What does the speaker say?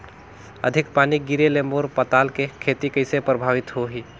अधिक पानी गिरे ले मोर पताल के खेती कइसे प्रभावित होही?